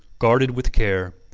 guarded with care,